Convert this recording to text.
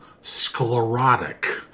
sclerotic